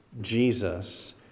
Jesus